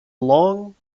long